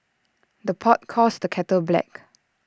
the pot calls the kettle black